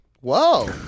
Whoa